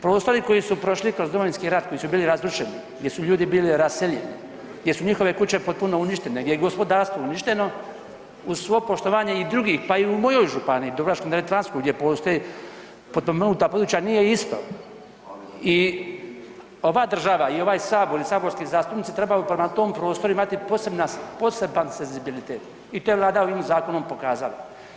Prostori koji su prošli kroz Domovinski rat, koji su bili razrušeni gdje su ljudi bili raseljeni, gdje su njihove kuće potpuno uništene, gdje je gospodarstvo uništeno, uz svo poštivanje drugih pa i u mojoj županiji, Dubrovačko-neretvanskoj gdje postoje potpomognuta područja nije isto i ova država i ovaj Sabor i saborski zastupnici trebaju prema tom prostoru imati poseban senzibilitet i to je Vlada ovim zakonom pokazala.